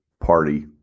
party